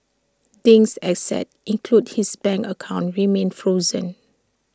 Ding's assets including his bank accounts remain frozen